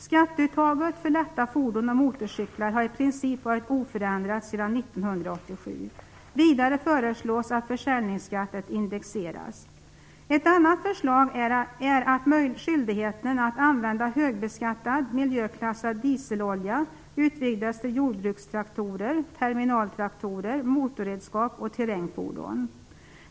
Skatteuttaget för lätta fordon och motorcyklar har i princip varit oförändrat sedan 1987. Vidare föreslås att försäljningsskatten indexeras. Ett annat förslag är att skyldigheten att använda högbeskattad, miljöklassad dieselolja utvidgas till jordbrukstraktorer, terminaltraktorer, motorredskap och terrängfordon.